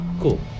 Cool